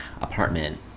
apartment